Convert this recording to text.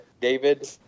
David